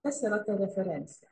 kas yra ta referencija